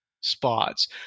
spots